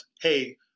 hey